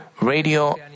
Radio